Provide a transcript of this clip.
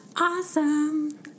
Awesome